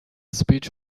speech